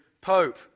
Pope